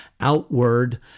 outward